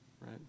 right